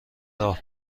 راه